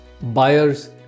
buyers